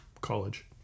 college